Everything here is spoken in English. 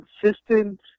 consistent